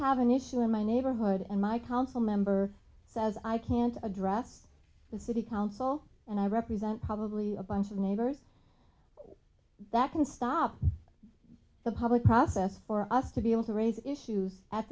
have an issue in my neighborhood and my council member says i can't address the city council and i represent probably a bunch of neighbors that can stop the public process for us to be able to raise issues at